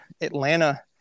Atlanta